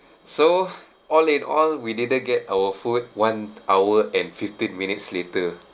so all in all we didn't get our food one hour and fifteen minutes later